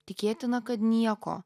tikėtina kad nieko